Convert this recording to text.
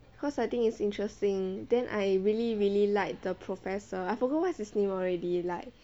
cause I think it's interesting then I really really like the professor I forgot what's his name already like